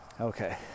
Okay